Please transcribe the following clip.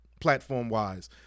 platform-wise